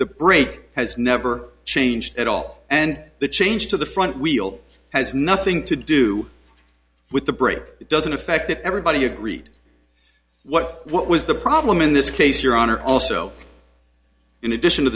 the break has never changed at all and the change to the front wheel has nothing to do with the break it doesn't affect that everybody agreed what what was the problem in this case your honor also in addition to